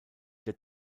der